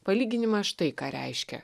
palyginimą štai ką reiškia